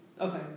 Okay